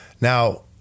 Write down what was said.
Now